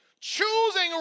Choosing